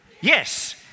Yes